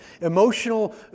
emotional